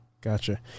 Gotcha